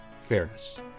fairness